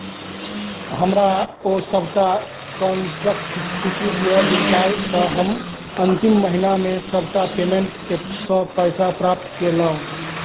हमरा ओ सबटा कॉन्टैक्ट सूचि दिअऽ जिनकासँ हम अन्तिम महिनामे सबटा पेमेन्ट एपसँ पैसा प्राप्त कएलहुँ